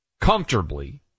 comfortably